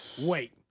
wait